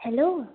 hello